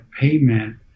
payment